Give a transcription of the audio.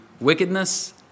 wickedness